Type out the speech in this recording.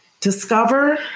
discover